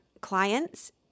clients